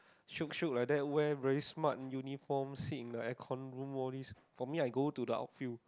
shiok shiok like that wear very smart uniform sit in the air con room only for me I go to the out field